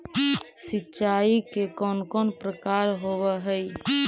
सिंचाई के कौन कौन प्रकार होव हइ?